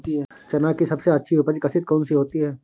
चना की सबसे अच्छी उपज किश्त कौन सी होती है?